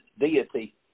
deity